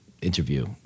interview